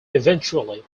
eventually